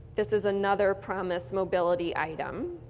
this is another promis mobility item.